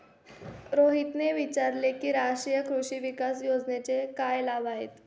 रोहितने विचारले की राष्ट्रीय कृषी विकास योजनेचे काय लाभ आहेत?